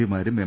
പിമാരും M